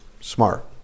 smart